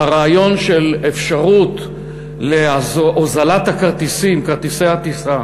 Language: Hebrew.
והרעיון של אפשרות להוזלת הכרטיסים, כרטיסי הטיסה,